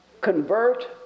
convert